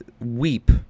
weep